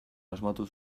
asmatu